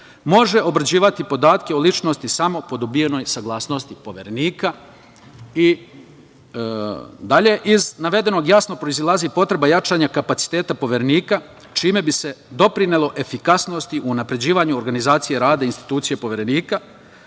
može obrađivati podatke o ličnosti samo po dobijenoj saglasnosti Poverenika. Iz navedenog jasno proizilazi potreba jačanja kapaciteta Poverenika, čime bi se doprinelo efikasnosti u unapređivanju organizacije rada institucije Poverenika,